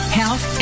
health